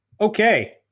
Okay